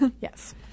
yes